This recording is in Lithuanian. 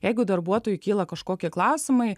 jeigu darbuotojui kyla kažkokie klausimai